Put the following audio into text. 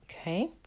Okay